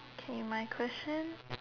okay my question